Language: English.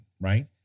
right